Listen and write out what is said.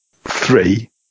three